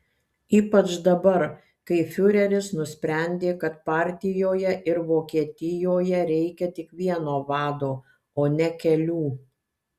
ypač dabar kai fiureris nusprendė kad partijoje ir vokietijoje reikia tik vieno vado o ne kelių